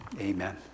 amen